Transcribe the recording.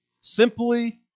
Simply